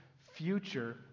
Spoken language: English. future